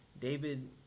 david